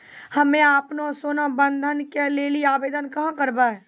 हम्मे आपनौ सोना बंधन के लेली आवेदन कहाँ करवै?